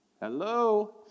Hello